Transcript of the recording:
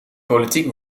politiek